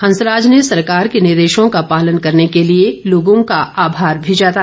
हंसराज ने सरकार के निर्देशों का पालन करने के लिए लोगों का आभार भी जताया